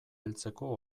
heltzeko